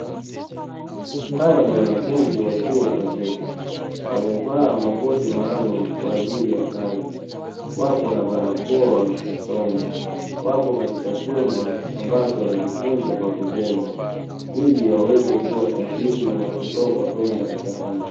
Hawa ni wanafunzi wa chuo cha veta, wamevaa makoti maalumu kwa ajili ya kazi, wapo na barakoa usoni, wapo katika chumba ambacho wanajifunza kwa vitendo, ili waweze kuwa sahihi wanapotoka kwenda mtaani.